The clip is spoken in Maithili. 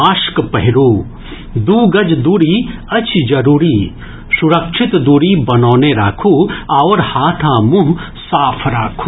मास्क पहिरू दू गज दूरी अछि जरूरी सुरक्षित दूरी बनौने राखू आओर हाथ आ मुंह साफ राखू